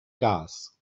gas